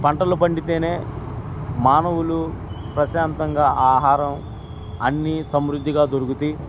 పంటలు పండితేేనే మానవులు ప్రశాంతంగా ఆహారం అన్నీ సమృద్ధిగా దొరుకుతయి